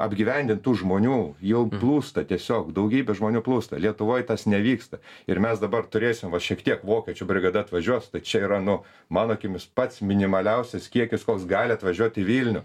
apgyvendint tų žmonių jau plūsta tiesiog daugybė žmonių plūsta lietuvoj tas nevyksta ir mes dabar turėsim va šiek tiek vokiečių brigada atvažiuos tai čia yra nu mano akimis pats minimaliausias kiekis koks gali atvažiuoti į vilnių